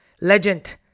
Legend